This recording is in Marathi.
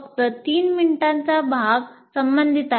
फक्त 3 मिनिटांचा भाग संबंधित आहे